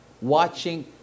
watching